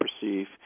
perceive